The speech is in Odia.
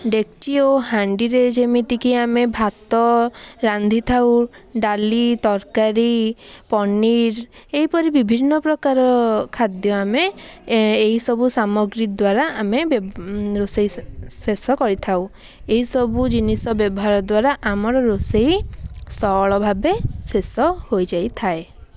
ଡ଼େକଚି ଓ ହାଣ୍ଡିରେ ଯେମିତିକି ଆମେ ଭାତ ରାନ୍ଧିଥାଉ ଡ଼ାଲି ତରକାରୀ ପନିର୍ ଏହିପରି ବିଭିନ୍ନ ପ୍ରକାର ଖାଦ୍ୟ ଆମେ ଏହିସବୁ ସାମଗ୍ରୀ ଦ୍ୱାରା ଆମେ ରୋଷେଇ ଶେଷକରିଥାଉ ଏହି ସବୁ ଜିନିଷ ବ୍ୟବହାର ଦ୍ୱାରା ଆମର ରୋଷେଇ ସରଳଭାବେ ଶେଷ ହୋଇଯାଇଥାଏ